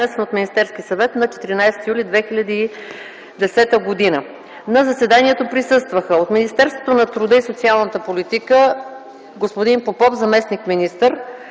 от Министерския съвет на 14 юли 2010 г. На заседанието присъстваха: от Министерството на труда и социалната политика: господин Попов - заместник-министър,